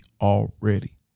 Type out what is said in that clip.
already